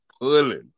pulling